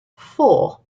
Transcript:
four